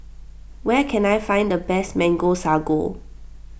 where can I find the best Mango Sago